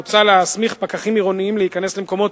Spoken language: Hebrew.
מוצע להסמיך פקחים עירוניים להיכנס למקומות,